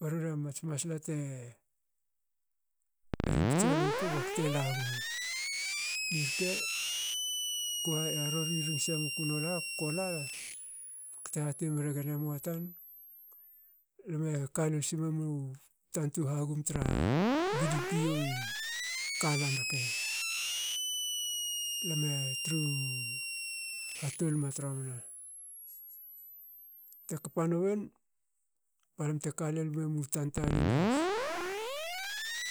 Ba rori mats masla te ring puts eruku. bakute laguma. Irke arori ring semuku i nolha kuko lala. bakte hati mregen emua tan. lame ka lol simemu tantu hagum tra bdpo rke, lame tru hatolme tromna. Te kpa nuin balam te kalol menmu tanta lol has.